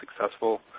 successful